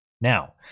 Now